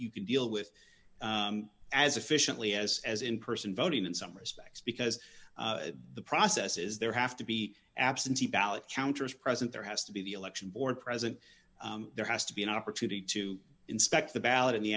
you can deal with as efficiently as as in person voting in some respects because the process is there have to be absentee ballot counters present there has to be the election board present there has to be an opportunity to inspect the ballot in the